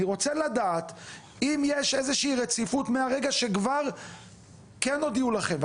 אני רוצה לדעת אם יש איזושהי רציפות מהרגע שכבר הודיעו לכם,